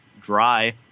dry